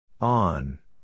On